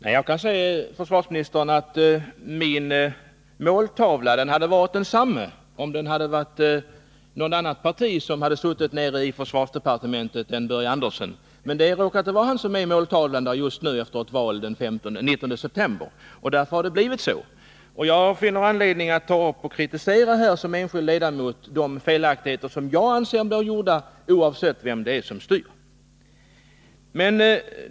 Nr 34 Herr talman! Jag kan säga försvarsministern att min måltavla hade varit Torsdagen den densamma även om det hade varit någon annan än Börje Andersson som 25 november 1982 suttit i försvarsdepartementet. Det råkar emellertid vara Börje Andersson som är måltavla just nu, efter valet den 19 september, och därför har det blivit Om förbud mot på detta sätt. import av virke Jag anser att det finns anledning att som enskild ledamot kritisera de som behandlats felaktigheter som görs oavsett vem det är som styr.